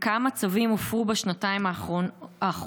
3. כמה צווים הופרו בשנתיים האחרונות,